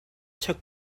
took